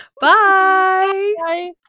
Bye